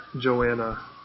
Joanna